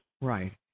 Right